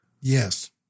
Yes